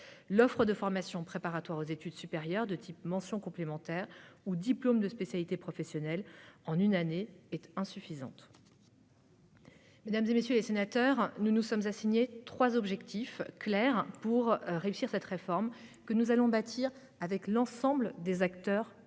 l'offre de formation préparatoire aux études supérieures, du type « mention complémentaire » ou « diplôme de spécialité professionnelle » en une année, est insuffisante. Dans ce contexte, nous nous sommes assigné trois objectifs clairs pour réussir cette réforme, que nous allons bâtir avec l'ensemble des acteurs concernés.